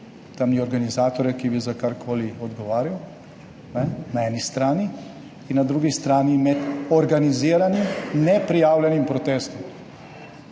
tam ni organizatorja, ki bi za karkoli odgovarjal, in na drugi strani med organiziranim, neprijavljenim protestom.